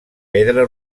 pedra